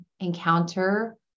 encounter